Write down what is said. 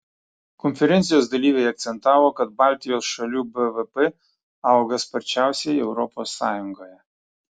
konferencijos dalyviai akcentavo kad baltijos šalių bvp auga sparčiausiai europos sąjungoje